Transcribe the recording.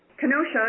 Kenosha